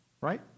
Right